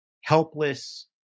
helpless